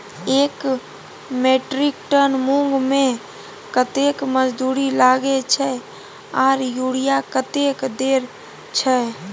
एक metric tonne मूंग में कतेक मजदूरी लागे छै आर यूरिया कतेक देर छै?